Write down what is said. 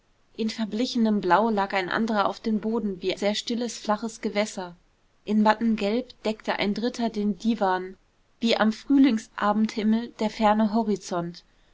in verblichenem blau lag ein anderer auf dem boden wie sehr stilles flaches gewässer in mattem gelb deckte ein dritter den diwan wie am frühlingsabendhimmel der ferne horizont